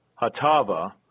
Hatava